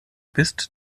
bist